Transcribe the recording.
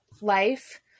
life